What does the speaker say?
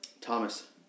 Thomas